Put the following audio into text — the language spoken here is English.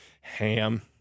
ham